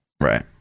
Right